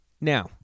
Now